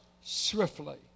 swiftly